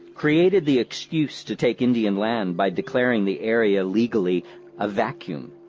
created the excuse to take indian land by declaring the area legally a vacuum.